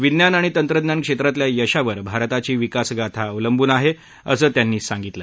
विज्ञान आणि तंत्रज्ञान क्षेत्रातल्या यशावर भारताची विकासगाथा अवलंबून आहे असं त्यांनी सांगितलं